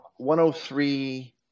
103